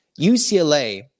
UCLA